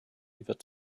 wird